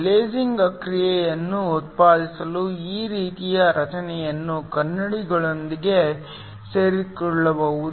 lasing ಕ್ರಿಯೆಯನ್ನು ಉತ್ಪಾದಿಸಲು ಈ ರೀತಿಯ ರಚನೆಯನ್ನು ಕನ್ನಡಿಗಳೊಂದಿಗೆ ಸೇರಿಸಿಕೊಳ್ಳಬಹುದು